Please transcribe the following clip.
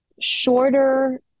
shorter